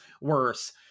worse